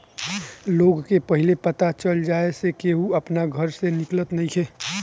लोग के पहिले पता चल जाए से केहू अपना घर से निकलत नइखे